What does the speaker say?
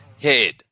head